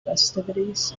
festivities